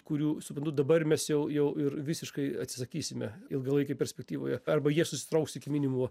kurių suprantu dabar mes jau jau ir visiškai atsisakysime ilgalaikėj perspektyvoj arba jie susitrauks iki minimumo